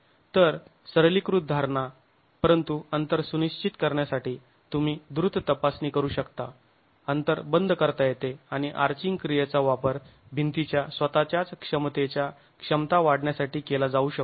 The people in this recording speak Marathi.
तर सरलीकृत धारणा परंतु अंतर सुनिश्चित करण्यासाठी तुम्ही द्रुत तपासणी करू शकता अंतर बंद करता येते आणि आर्चिंग क्रियेचा वापर भिंतीच्या स्वतःच्याच क्षमतेच्या क्षमता वाढवण्यासाठी केला जाऊ शकतो